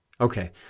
Okay